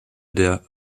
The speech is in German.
der